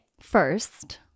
First